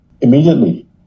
immediately